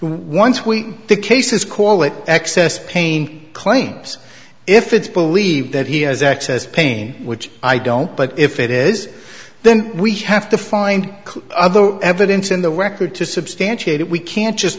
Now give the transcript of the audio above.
once we the case is call it excess pain claims if it's believed that he has access pain which i don't but if it is then we have to find other evidence in the record to substantiate it we can't just